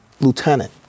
lieutenant